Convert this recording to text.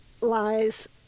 lies